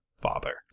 father